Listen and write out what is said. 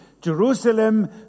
Jerusalem